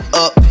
up